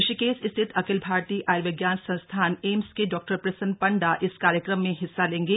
ऋषिकेश स्थित अखिल भारतीय आयुर्विज्ञान संस्थान ऐम्स के डॉक्टर प्रसन पंडा इस कार्यक्रम में हिस्सा लेंगे